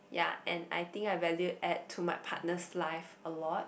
ya and I think I value add to my partner's life a lot